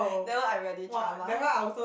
that one I really trauma